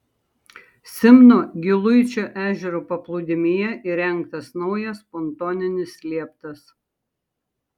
simno giluičio ežero paplūdimyje įrengtas naujas pontoninis lieptas